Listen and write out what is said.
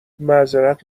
معظرت